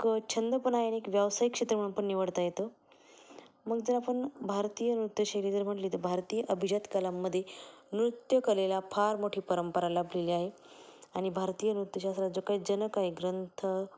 एक छंद पण आहे आणि एक व्यावसायिक क्षेत्र म्हणून पण निवडता येतं मग जर आपण भारतीय नृत्यशैली जर म्हटली तर भारतीय अभिजात कलांमध्ये नृत्यकलेला फार मोठी परंपरा लाभलेली आहे आणि भारतीय नृत्यशास्त्राचा जो काही जनक आहे आहे ग्रंथ